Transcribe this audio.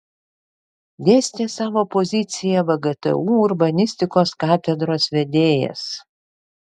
dėstė savo poziciją vgtu urbanistikos katedros vedėjas